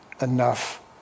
enough